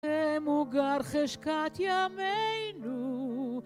ומוגר חשקת ימינו